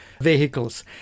vehicles